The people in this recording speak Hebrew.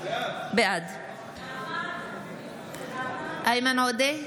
בעד איימן עודה,